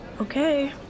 Okay